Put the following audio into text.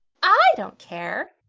i don't care,